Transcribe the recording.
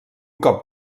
cop